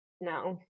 no